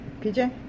pj